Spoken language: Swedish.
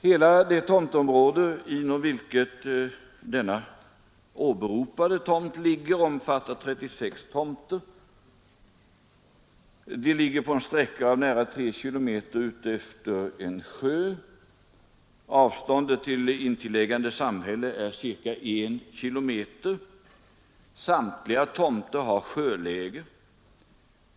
Hela det tomtområde inom vilket den åberopade tomten ligger omfattar 36 tomter. De ligger på en sträcka av nära 3 km vid en sjö. Avståndet till närmaste samhälle är ca I km. Samtliga tomter har sjöläge.